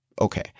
Okay